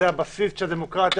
שזה הבסיס של דמוקרטיה,